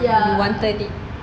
you wanted it